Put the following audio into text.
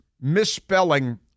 misspelling